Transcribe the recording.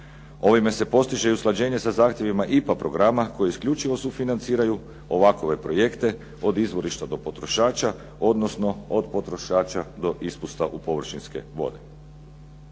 Ovime se postiže usklađenje sa zahtjevima IPA programa koji isključivo sufinanciraju ovakove projekte od izvorišta do potrošača odnosno od potrošača do ispusta u površinske vode.